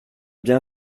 bien